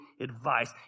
advice